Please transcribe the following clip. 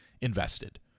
invested